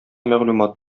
мәгълүмат